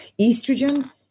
Estrogen